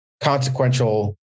consequential